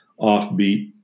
offbeat